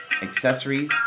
accessories